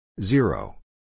zero